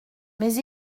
mais